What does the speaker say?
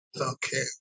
okay